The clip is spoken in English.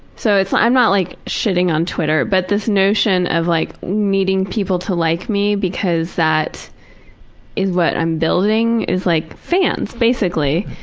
so i'm not like shitting on twitter. but this notion of like needing people to like me because that is what i'm building is like fans, basically,